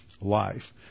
life